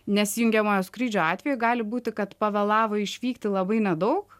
nes jungiamojo skrydžio atveju gali būti kad pavėlavo išvykti labai nedaug